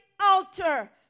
altar